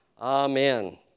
Amen